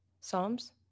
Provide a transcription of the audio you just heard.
Psalms